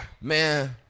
Man